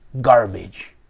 garbage